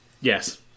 Yes